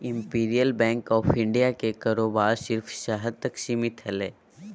imperial bank of India के कारोबार सिर्फ़ शहर तक सीमित हलय